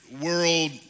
world